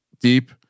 deep